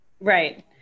Right